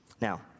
Now